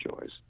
choice